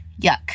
yuck